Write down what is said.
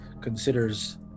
considers